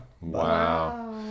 Wow